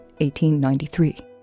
1893